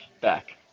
back